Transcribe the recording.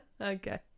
Okay